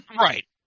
Right